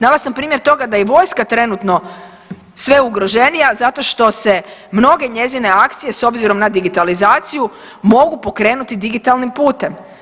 Dala sam primjer toga da je i vojska trenutno sve ugroženija zato što se mnoge njezine akcije s obzirom na digitalizaciju mogu pokrenuti digitalnim putem.